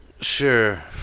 Sure